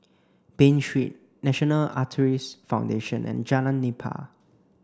Bain Street National Arthritis Foundation and Jalan Nipah